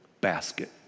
basket